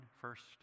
first